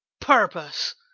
purpose